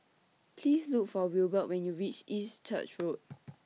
Please Look For Wilbert when YOU REACH East Church Road